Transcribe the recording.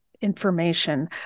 information